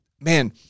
man